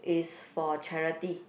is for charity